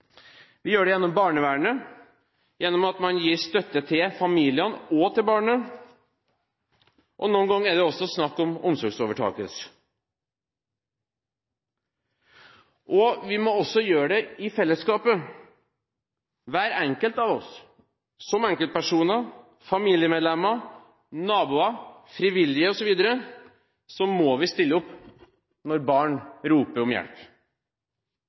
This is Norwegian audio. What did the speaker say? Vi gjør det gjennom barnevernet – ved at man gir støtte til familiene og til barnet – og noen ganger er det også snakk om omsorgsovertakelse. Vi må også gjøre det i fellesskapet – hver enkelt av oss. Som enkeltpersoner, som familiemedlemmer, som naboer, som frivillige osv. må vi stille opp når barn roper om hjelp.